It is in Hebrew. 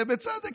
ובצדק,